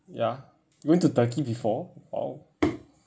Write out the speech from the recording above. ya you went to turkey before !wow!